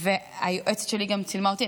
היועצת שלי צילמה אותי.